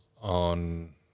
on –